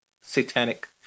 satanic